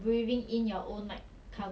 ya then I can't see